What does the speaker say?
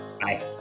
Bye